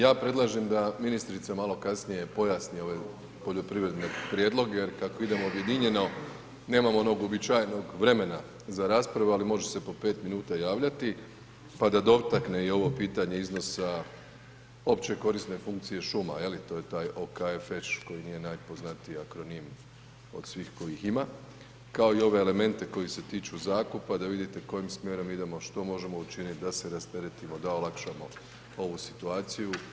Ja predlažem da ministrica malo kasnije pojasni ove poljoprivredne prijedloge jer kako idemo objedinjeno, nemamo onog uobičajenog vremena za raspravu, ali može se po 5 min javljati, pa da dotakne i ovo pitanje iznosa opće korisne funkcije šuma, je li, to je taj OKFŠ koji je nije najpoznatiji akronim od svih kojih ima kao i ove elemente koji se tiču zakupa, da vidite kojim smjerom idemo, što možemo učiniti, da se rasteretimo, da olakšamo ovu situaciju.